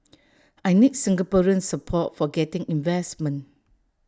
I need Singaporean support for getting investment